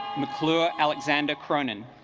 mcclure alexander cronin